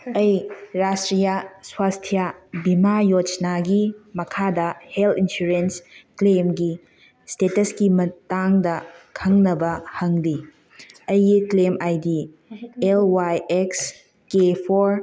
ꯑꯩ ꯔꯥꯁꯇ꯭ꯔꯤꯌꯥ ꯁ꯭ꯋꯥꯁꯊꯤꯌꯥ ꯚꯤꯃꯥ ꯌꯣꯖꯅꯥꯒꯤ ꯃꯈꯥꯗ ꯍꯦꯜꯠ ꯏꯟꯁꯨꯔꯦꯟꯁ ꯀ꯭ꯂꯦꯝꯒꯤ ꯁ꯭ꯇꯦꯇꯁꯀꯤ ꯃꯇꯥꯡꯗ ꯈꯪꯅꯕ ꯍꯪꯂꯤ ꯑꯩꯒꯤ claim I D L Y X K four